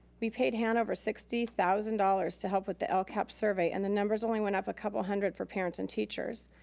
we paid hanover sixty thousand dollars to help with the lcap survey, and the numbers only went up a couple hundred for parents and teachers.